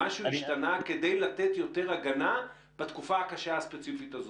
משהו השתנה כדי לתת יותר הגנה בתקופה הקשה הספציפית הזאת?